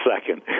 second